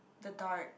the dark